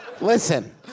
Listen